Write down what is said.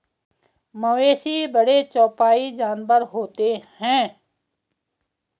मवेशी बड़े चौपाई जानवर होते हैं